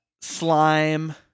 slime